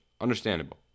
understandable